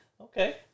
okay